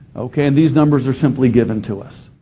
okay, and these numbers are simply given to us.